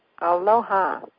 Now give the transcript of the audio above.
aloha